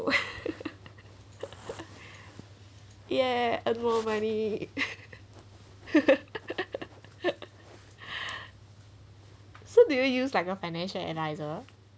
yeah earn more money so do you use like a financial advisor